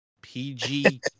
PG